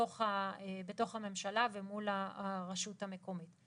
בתוך הממשלה ומול הרשות המקומית.